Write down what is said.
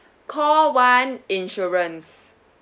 call one insurance